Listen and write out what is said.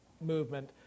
movement